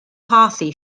posse